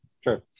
sure